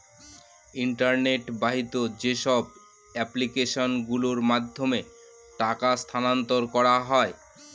internet বাহিত যেসব application গুলোর মাধ্যমে টাকা স্থানান্তর করা হয়